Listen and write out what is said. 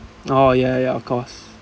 oh ya ya ya of course